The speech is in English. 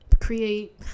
create